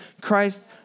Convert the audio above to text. Christ